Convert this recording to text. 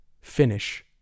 finish